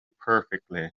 perfectly